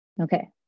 Okay